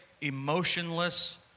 emotionless